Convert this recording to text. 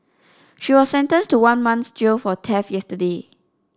she was sentenced to one month's jail for yesterday